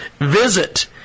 visit